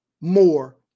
more